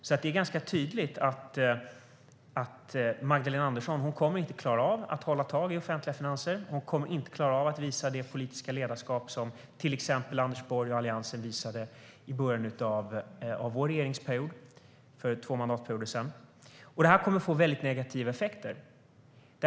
Det är ganska tydligt att Magdalena Andersson inte kommer att klara av att hålla tag i de offentliga finanserna. Hon kommer inte att klara av att visa det politiska ledarskap som till exempel Anders Borg och Alliansen visade i början av vår regeringsperiod, för två mandatperioder sedan. Det kommer att få väldigt negativa effekter.